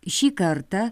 šį kartą